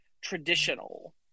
traditional